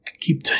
keep